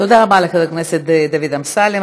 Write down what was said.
תודה רבה לחבר הכנסת דוד אמסלם.